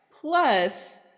Plus